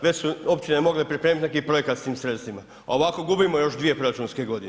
Već su općine mogle pripremiti neki projekat sa tim sredstvima a ovako gubimo još dvije proračunske godine.